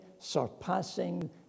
surpassing